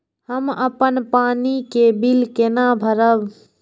हम अपन पानी के बिल केना भरब?